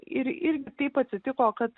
ir irgi taip atsitiko kad